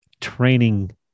training